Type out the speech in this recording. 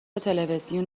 تلویزیون